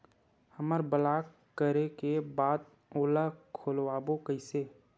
हमर ब्लॉक करे के बाद ओला खोलवाबो कइसे?